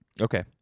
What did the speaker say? Okay